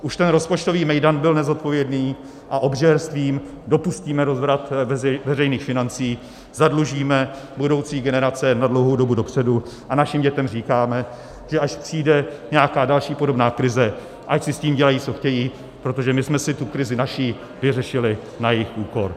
Už ten rozpočtový mejdan byl nezodpovědný a obžerstvím dopustíme rozvrat veřejných financí, zadlužíme budoucí generace na dlouhou dobu dopředu a našim dětem říkáme, že až přijde nějaká další podobná krize, ať si s tím dělají, co chtějí, protože my jsme si tu naši krizi vyřešili na jejich úkor.